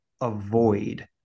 avoid